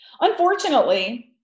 Unfortunately